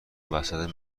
وسط